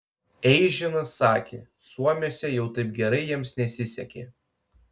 eižinas sakė suomiuose jau taip gerai jiems nesisekė